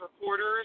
reporters